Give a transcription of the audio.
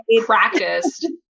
practiced